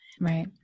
Right